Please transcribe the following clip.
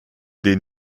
den